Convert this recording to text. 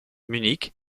munich